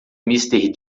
mister